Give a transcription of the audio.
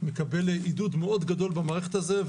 מקבל עידוד מאוד גדול במערכת הזאת,